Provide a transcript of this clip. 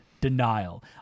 denial